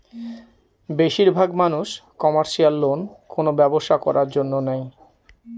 বেশির ভাগ মানুষ কমার্শিয়াল লোন কোনো ব্যবসা করার জন্য নেয়